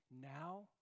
now